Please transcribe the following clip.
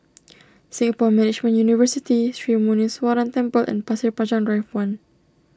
Singapore Management University Sri Muneeswaran Temple and Pasir Panjang Drive one